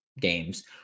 games